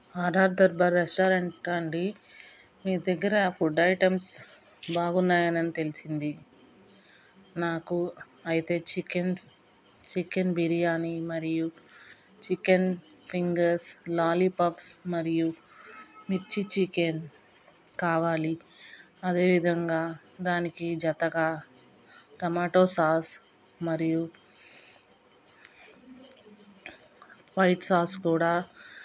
RR Darbar రెస్టారెంటా అండి మీ దగ్గర ఫుడ్ ఐటమ్స్ బాగా ఉన్నాయని తెలిసింది నాకు అయితే చికెన్ చికెన్ బిర్యాని మరియు చికెన్ ఫింగర్స్ లాలీపాప్స్ మరియు మిర్చి చికెన్ కావాలి అదేవిధంగా దానికి జతగా టోమాటో సాస్ మరియు వైట్ సాస్ కూడా